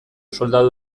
soldadu